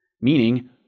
Meaning